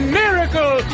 miracle